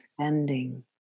ending